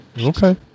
Okay